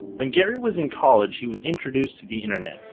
when gary was in college, he was introduced to the internet,